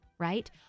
Right